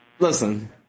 Listen